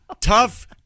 Tough